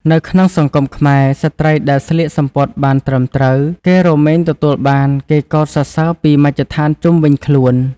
នៅក្នុងសង្គមខ្មែរ ស្ត្រីដែលស្លៀកសំពត់បានត្រឹមត្រូវគេរមែងទទួលបានគេកោតសរសើរពីមជ្ឈដ្ធានជុំវិញខ្លួន។